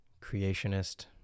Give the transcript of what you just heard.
creationist